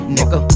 Nigga